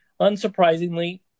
Unsurprisingly